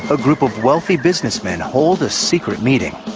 a group of wealthy businessmen hold a secret meeting.